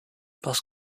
parce